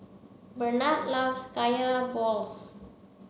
Bernard loves kaya balls